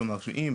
כלומר שאם